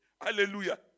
Hallelujah